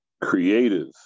Creative